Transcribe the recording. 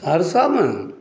सहरसामे